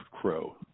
crow